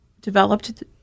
developed